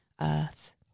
earth